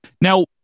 Now